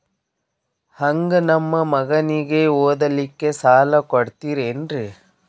ಹಂಗ ನಮ್ಮ ಮಗನಿಗೆ ಓದಲಿಕ್ಕೆ ಸಾಲ ಕೊಡ್ತಿರೇನ್ರಿ?